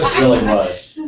really was.